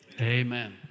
Amen